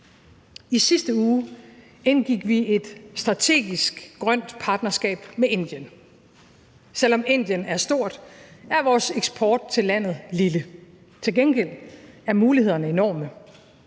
I sidste uge indgik vi et strategisk grønt partnerskab med Indien. Selv om Indien er stort, er vores eksport til landet lille. Til gengæld er mulighederne enorme.